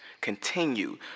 Continue